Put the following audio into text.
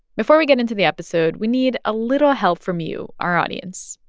before we get into the episode, we need a little help from you, our audience.